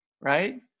right